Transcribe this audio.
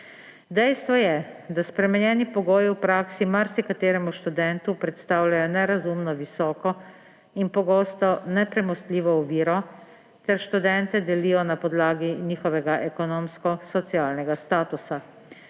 Dejstvo je, da spremenjeni pogoji v praksi marsikateremu študentu predstavljajo nerazumno visoko in pogosto nepremostljivo oviro ter študente delijo na podlagi njihovega ekonomsko-socialnega statusa.